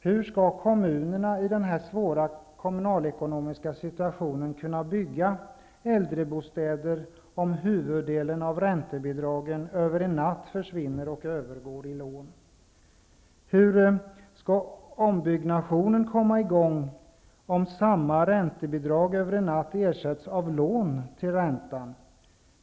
Hur skall kommunerna i denna svåra kommunalekonomiska situation kunna bygga äldrebostäder om huvuddelen av räntebidragen över en natt försvinner och övergår i lån? Hur skall ombyggande komma i gång om samma räntebidrag över en natt ersätts av lån till räntan?